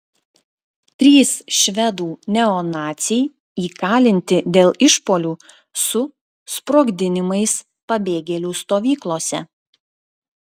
trys švedų neonaciai įkalinti dėl išpuolių su sprogdinimais pabėgėlių stovyklose